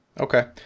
Okay